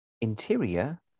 Interior